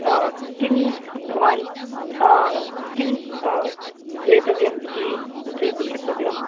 किं भवान् किं क्रेतव्यम् इति सूचयितुं शक्नोति वा